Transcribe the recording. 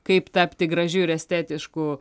kaip tapti gražiu ir estetišku